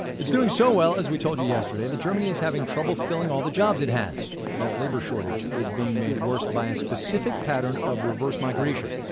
it's doing so well, as we told you yesterday that germany's having trouble filling all the jobs it has. that labor shortage is being made worse by a specific pattern of reverse migration.